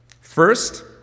First